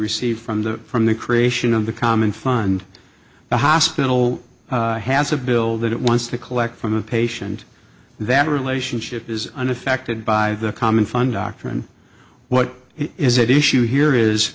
receive from the from the creation of the common fund the hospital has a bill that it wants to collect from a patient that relationship is unaffected by the common fund doctrine what is it issue here is